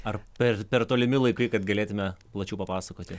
ar per per tolimi laikai kad galėtiume plačiau papasakoti